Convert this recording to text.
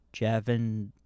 Javin